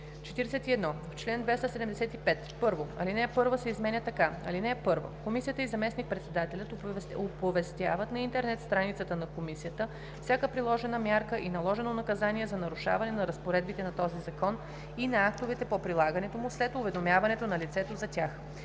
41.В чл. 275: 1.Алинея 1 се изменя така: „(1) Комисията и заместник-председателят оповестяват на интернет страницата на комисията всяка приложена мярка и наложено наказание за нарушаване на разпоредбите на този закон и на актовете по прилагането му след уведомяването на лицето за тях.